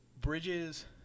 Bridges